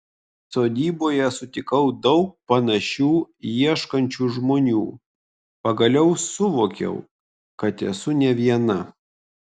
sodyboje sutikau daug panašiai ieškančių žmonių pagaliau suvokiau kad esu ne viena